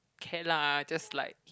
okay lah just like